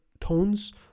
tones